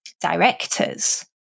directors